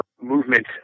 movement